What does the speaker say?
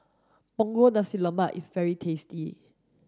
Punggol Nasi Lemak is very tasty